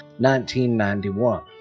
1991